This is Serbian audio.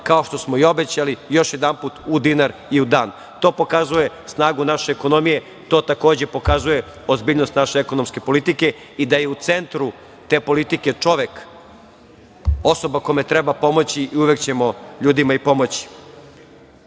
kao što smo i obećali, još jednom u dinar i u dan. To pokazuje snagu naše ekonomije, to takođe pokazuje ozbiljnost naše ekonomske politike i da je u centru te politike čovek, osoba kome treba pomoći i uvek ćemo ljudima i pomoći. Treća